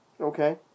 Okay